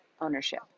ownership